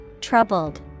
Troubled